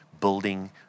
building